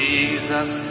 Jesus